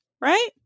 right